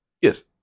yes